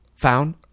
found